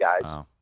guys